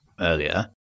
earlier